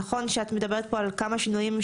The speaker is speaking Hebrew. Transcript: נכון שאת מדברת פה על כמה שינויים,